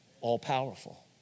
All-powerful